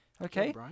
Okay